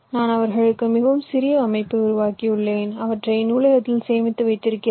நான் அவர்களுக்காக மிகவும் சிறிய அமைப்பை உருவாக்கியுள்ளேன் அவற்றை நூலகத்தில் சேமித்து வைத்திருக்கிறேன்